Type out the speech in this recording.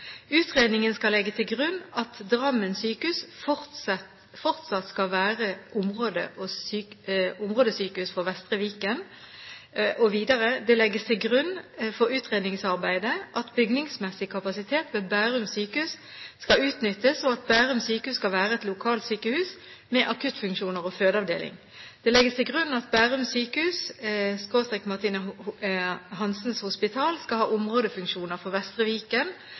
videre: «Det legges til grunn for utredningsarbeidet at bygningsmessig kapasitet ved Bærum sykehus skal utnyttes og at Bærum sykehus skal være et lokalsykehus med akuttfunksjoner og fødeavdeling. Det legges til grunn at Bærum sykehus/MHH skal ha områdefunksjoner for Vestre Viken og det skal legges fram flere alternativer for dette.» Vestre Viken